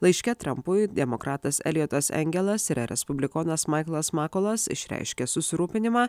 laiške trampui demokratas elijotas engelas ir respublikonas maiklas makolas išreiškė susirūpinimą